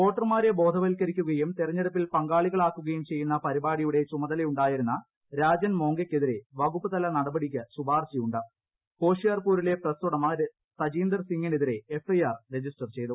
വോട്ടർമാരെ ബോധവത്ക്കരിക്കുകയും തെരഞ്ഞെടുപ്പിൽ പങ്കാളികളാക്കുകയും ചെയ്യുന്ന പരിപാടിയുടെ ചുമതലയുണ്ടായിരുന്ന രാജൻ മോംഗയ്ക്കെതിരെ വകുപ്പ് തല നടപടിക്ക് ശുപാർശയുണ്ട് ഹോഷിയാർപൂരിലെ പ്രസ് ഉടമ തജീന്ദർ സിംഗിനെതിരെ എഫ് ഐ ആർ രജിസ്റ്റർ ചെയ്തു